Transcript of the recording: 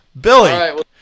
Billy